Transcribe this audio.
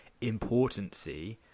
importancy